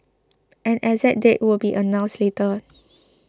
an exact date will be announced later